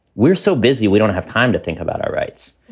we're so busy, we don't have time to think about our rights.